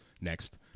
next